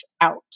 out